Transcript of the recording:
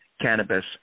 cannabis